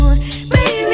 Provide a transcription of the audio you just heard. Baby